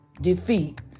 defeat